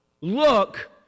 look